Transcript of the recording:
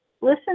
listen